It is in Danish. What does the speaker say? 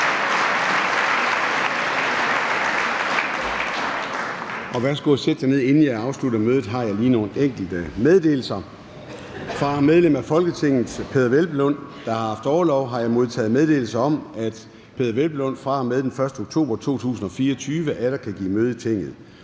Værsgo at sætte jer ned. Inden jeg afslutter mødet, har jeg lige nogle enkelte meddelelser. Fra medlem af Folketinget Peder Hvelplund (EL), der har haft orlov, har jeg modtaget meddelelse om, at Peder Hvelplund fra og med den 1. oktober 2024 atter er kan give møde i Tinget.